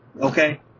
Okay